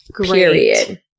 Period